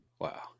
Wow